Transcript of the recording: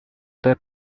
the